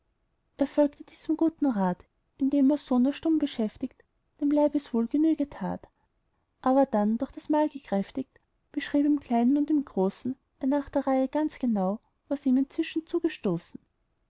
folgte diesem guten rat indem er so nur stumm beschäftigt dem leibeswohl genüge tat dann aber durch das mahl gekräftigt beschrieb im kleinen und im großen er nach der reihe ganz genau was ihm inzwischen zugestoßen